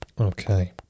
Okay